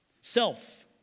Self